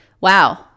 Wow